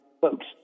folks